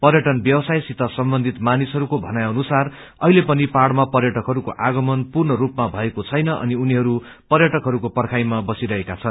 पर्यटन व्यवसायसित सम्बन्धित मानिसहरूको भनाई अनुसार अहिले पनि पाहाइमा पर्यटकहरूको आगमन पूर्ण स्रपमा भएको छैन अनि उनीहरू पर्यटकहरूको पर्खाईमा बसिरहेका छन्